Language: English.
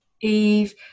eve